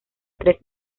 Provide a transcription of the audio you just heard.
tres